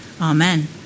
Amen